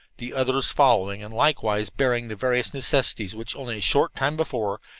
the others following, and likewise bearing the various necessities which, only a short time before,